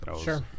Sure